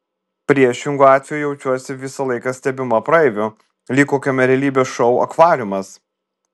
priešingu atveju jaučiuosi visą laiką stebima praeivių lyg kokiame realybės šou akvariumas